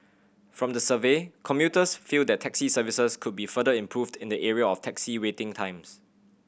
from the survey commuters feel that taxi services could be further improved in the area of taxi waiting times